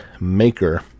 maker